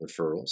referrals